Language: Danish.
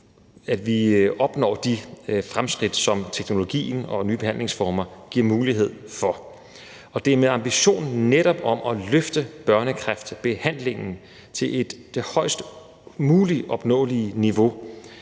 at vi opnår de fremskridt, som teknologien og nye behandlingsformer giver mulighed for. Og det er med ambitionen om netop at løfte børnekræftbehandlingen til det højest mulige opnåelige niveau.